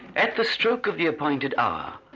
at the stroke of the appointed hour,